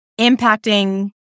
impacting